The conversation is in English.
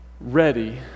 ready